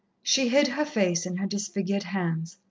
she hid her face in her disfigured hands.